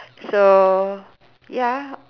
so ya